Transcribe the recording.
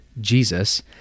Jesus